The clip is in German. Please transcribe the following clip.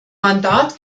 mandat